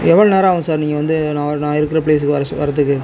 எவ்வளவு நேரம் ஆகும் சார் நீங்கள் வந்து நான் நான் இருக்கிற பிளேஸுக்கு வரச் வரதுக்கு